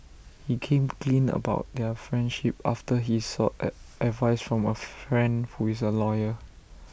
he came clean about their friendship after he sought at advice from A friend who is A lawyer